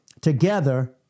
together